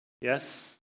Yes